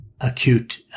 acute